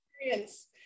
experience